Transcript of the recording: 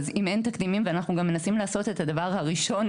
אז אם אין תקדימים ואנחנו גם מנסים לעשות את הדבר הראשון,